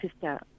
sister